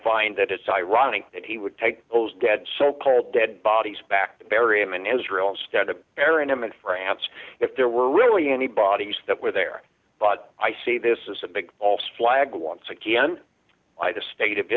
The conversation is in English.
find that it's ironic that he would take those dead so called dead bodies back to bury him in israel instead of burying him in france if there were really any bodies that were there but i say this is a big also flag once again i to state of